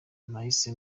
nahise